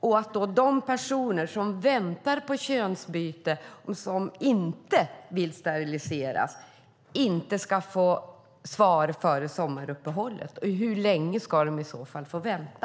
Ska de personer som väntar på könsbyte men som inte vill sterilisera sig inte få svar före sommaruppehållet? Hur länge ska de i så fall få vänta?